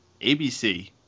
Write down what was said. ABC